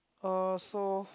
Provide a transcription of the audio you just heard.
uh so